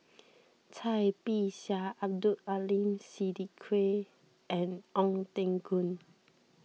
Cai Bixia Abdul Aleem Siddique and Ong Teng Koon